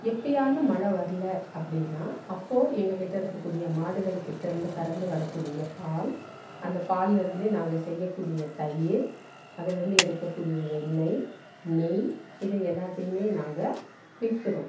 எப்பையாவது மழை வரல அப்படின்னா அப்போது எங்கக்கிட்டே இருக்கக்கூடிய மாடுகள்கிட்டேருந்து கறந்து வரக்கூடிய பால் அந்த பால்லேருந்து நாங்கள் செய்யக்கூடிய தயிர் அதுலேருந்து எடுக்கக்கூடிய வெண்ணை நெய் இது எல்லாத்தையும் நாங்கள் விற்கிறோம்